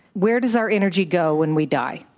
where does our energy go when we die?